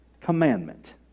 commandment